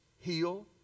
heal